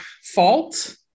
fault